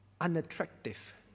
unattractive